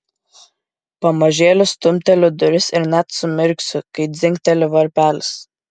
pamažėle stumteliu duris ir net sumirksiu kai dzingteli varpelis